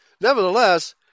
Nevertheless